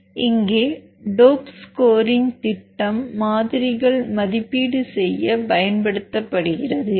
இங்கே DOPE scoring திட்டம் மாதிரிகள் மதிப்பீடு செய்ய பயன்படுத்தப்படுகிறது